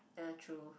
ya true